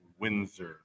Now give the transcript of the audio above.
Windsor